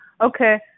okay